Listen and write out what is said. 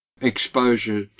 exposure